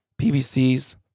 pvcs